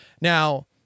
Now